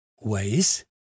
ways